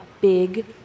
big